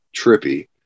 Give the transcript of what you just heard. trippy